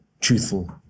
truthful